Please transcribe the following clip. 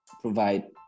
provide